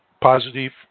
positive